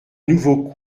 nouveau